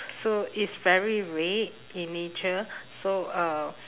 so it's very red in nature so uh